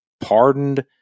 pardoned